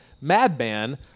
madman